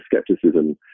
skepticism